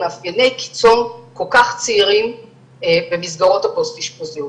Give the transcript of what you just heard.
מאפייני קיצון כל כך צעירים במסגרות הפוסט אשפוזיות.